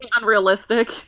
unrealistic